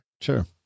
Sure